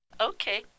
Okay